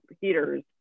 heaters